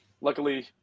luckily